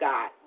God